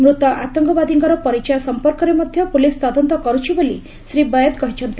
ମୂତ ଆତଙ୍କବାଦୀଙ୍କର ପରିଚୟ ସମ୍ପର୍କରେ ମଧ୍ୟ ପୁଲିସ୍ ତଦନ୍ତ କରୁଛି ବୋଲି ଶ୍ରୀ ବୈଦ କହିଚ୍ଛନ୍ତି